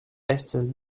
estas